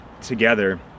together